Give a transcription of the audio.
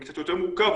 זה קצת יותר מורכב,